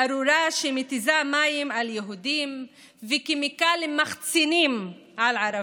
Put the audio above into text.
ארורה שמתיזה מים על יהודים וכימיקלים מצחינים על ערבים.